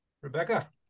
Rebecca